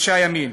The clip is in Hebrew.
אנשי הימין,